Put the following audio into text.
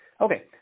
Okay